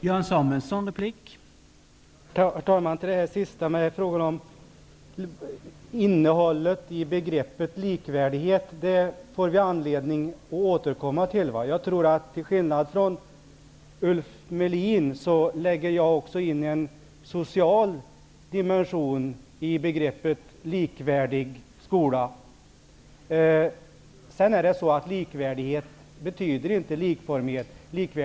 Herr talman! Till frågan om innehållet i begreppet jämlikhet får vi anledning att återkomma. Till skillnad från Ulf Melin lägger jag också in en social dimension i begreppet en jämlik skola. Jämlikhet betyder vidare inte likformighet.